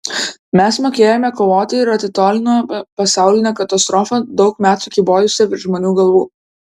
mes mokėjome kovoti ir atitolinome pasaulinę katastrofą daug metų kybojusią virš žmonių galvų